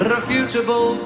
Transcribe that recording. Refutable